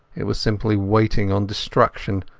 it was simply waiting on destruction,